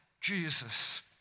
Jesus